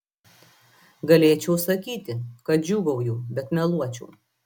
galėčiau sakyti kad džiūgauju bet meluočiau